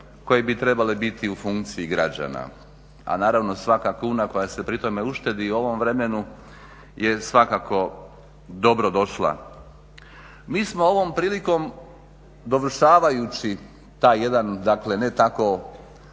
koje bi trebale biti u funkciji građana, a naravno svaka kuna koja se pri tome uštedi i u ovom vremenu je svakako dobrodošla. Mi smo ovom prilikom dovršavajući taj jedan, dakle ne tako